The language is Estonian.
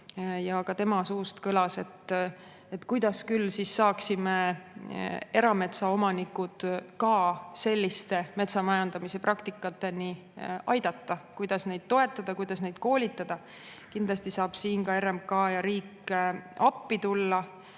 Ka tema suust kõlas, et kuidas me küll siis saaksime ka erametsaomanikud selliste metsamajandamise praktikateni aidata, kuidas neid toetada, kuidas neid koolitada. Kindlasti saab siin RMK ja saab riik appi tulla.